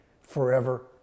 forever